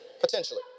Potentially